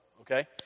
Okay